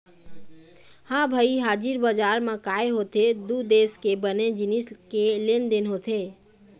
ह भई हाजिर बजार म काय होथे दू देश के बने जिनिस के लेन देन होथे